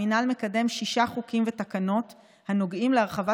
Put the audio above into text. המינהל מקדם שישה חוקים ותקנות הנוגעים להרחבת